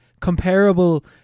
comparable